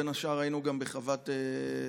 ובין השאר היינו גם בחוות גלעד.